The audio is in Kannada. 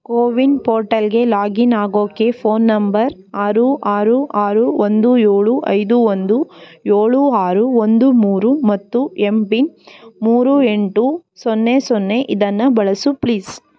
ಕೋವಿನ್ ಪೋರ್ಟಲ್ಗೆ ಲಾಗಿನ್ ಆಗೋಕ್ಕೆ ಫೋನ್ ನಂಬರ್ ಆರು ಆರು ಆರು ಒಂದು ಏಳು ಐದು ಒಂದು ಏಳು ಆರು ಒಂದು ಮೂರು ಮತ್ತು ಎಮ್ ಪಿನ್ ಮೂರು ಎಂಟು ಸೊನ್ನೆ ಸೊನ್ನೆ ಇದನ್ನು ಬಳಸು ಪ್ಲೀಸ್